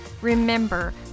Remember